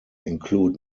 include